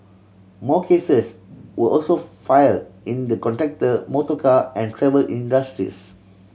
more cases were also file in the contractor motorcar and travel industries